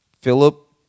Philip